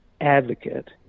advocate